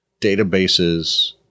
Databases